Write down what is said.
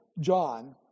John